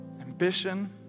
ambition